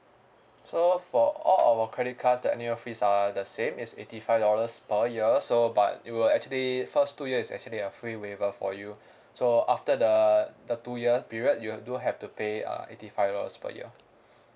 so for all our credit card the annual fees are the same it's eighty five dollars per year so but it will actually first two year is actually a free waiver for you so after the the two year period you do have to pay uh eighty five dollars per year